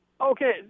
Okay